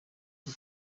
rwa